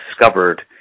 discovered